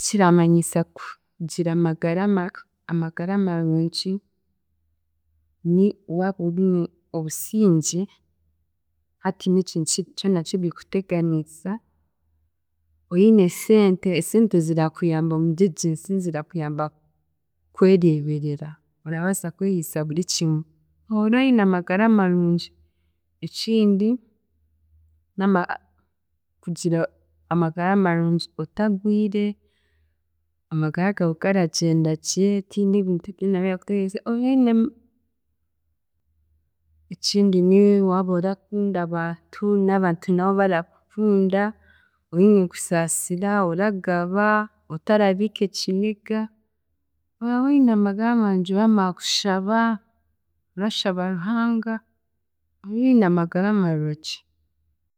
Kiramanyisa kugira amagara ma- amagara marungi ni waaba oine obusingye hatiine ekintu kyona kirikuteganiisa, oine esente, esente zirakuyamba muryenginsi zirakuyamba kwereeberera orabaasa kwehiisa buri kimwe, aho ora oine amagara marungi ekindi, n'ama- kugira amagara marungi otagwire, amagara gaawe garagyenda gye otiine ebintu byona birakuteganisa oine ekindi ni waaba orakunda abantu n'abantu nabo barakukunda, oine kusaasira, oragaba, otarabiika kiniga, oraba oine amagara marungi oramanya kushaba, orashaba Ruhanga oine amagara marungi.